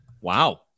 Wow